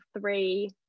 three